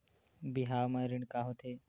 बिहाव म ऋण का होथे?